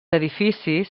edificis